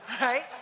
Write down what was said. right